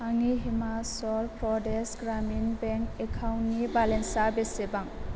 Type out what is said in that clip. आंनि हिमाचल प्रदेश ग्रामिन बेंक एकाउन्टनि बेलेन्सा बेसेबां